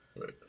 Right